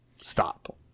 Stop